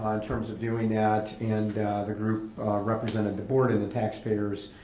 um in terms of doing that and the group represented the board and the tax payers